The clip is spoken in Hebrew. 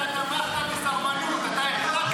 אתה תמכת בסרבנות --- השר קרעי.